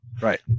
Right